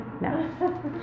No